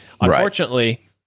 Unfortunately